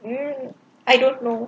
mm I don't know